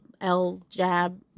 L-Jab